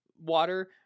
water